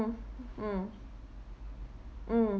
mm mm